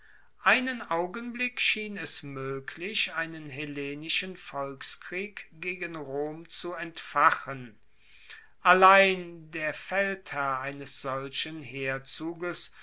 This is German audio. einen augenblick schien es moeglich einen hellenischen volkskrieg gegen rom zu entfachen allein der feldherr eines solchen